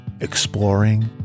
Exploring